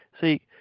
see